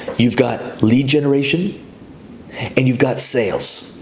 you've got lead generation and you've got sales,